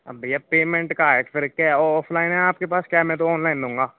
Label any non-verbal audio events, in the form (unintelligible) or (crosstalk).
अब भैया पेमेंट का (unintelligible) करके ऑफलाइन हैं आपके पास क्या मैं तो अनलाइन लूँगा